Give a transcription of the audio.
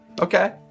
Okay